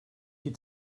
die